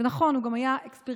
נכון, הוא גם היה אקספרימנטלי,